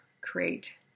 create